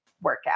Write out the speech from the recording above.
workout